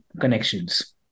connections